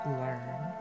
learn